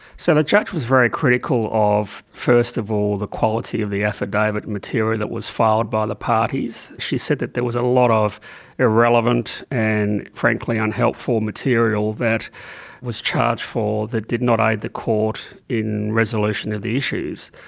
sort of judge was very critical of first of all the quality of the affidavit material that was filed by the parties. she said that there was a lot of irrelevant and frankly unhelpful material that was charged for that did not aid the court in resolution of the issues.